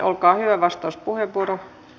olkaa hyvä vastauspuheenvuoro